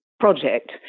Project